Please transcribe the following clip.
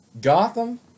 Gotham